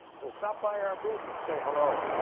so stop by our booth and say hello.